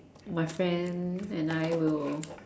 my friend and I will